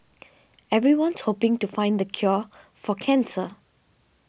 everyone's hoping to find the cure for cancer